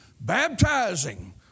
baptizing